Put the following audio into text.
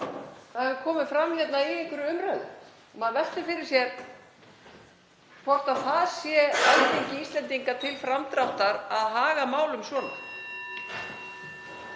komið fram hér í einhverri umræðu. Maður veltir fyrir sér hvort það sé Alþingi Íslendinga til framdráttar að haga málum svona